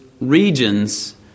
regions